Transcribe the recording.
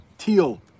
Teal